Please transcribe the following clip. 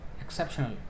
Exceptional